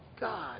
God